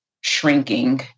shrinking